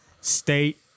State